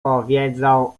powiedzą